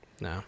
No